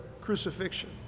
crucifixion